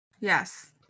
Yes